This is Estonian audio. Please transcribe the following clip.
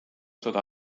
sõda